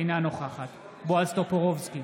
אינה נוכחת בועז טופורובסקי,